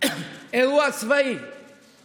אירוע צבאי